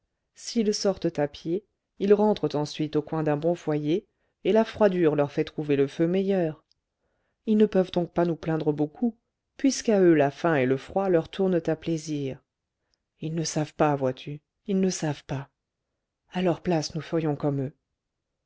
s'ils sortent à pied ils rentrent ensuite au coin d'un bon foyer et la froidure leur fait trouver le feu meilleur ils ne peuvent donc pas nous plaindre beaucoup puisqu'à eux la faim et le froid leur tournent à plaisir ils ne savent pas vois-tu ils ne savent pas à leur place nous ferions comme eux